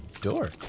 Door